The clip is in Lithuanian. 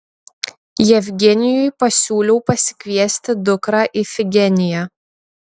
jevgenijui pasiūliau pasikviesti dukrą ifigeniją